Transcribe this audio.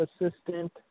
assistant